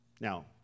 Now